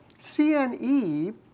CNE